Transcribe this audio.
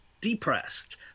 depressed